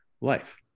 life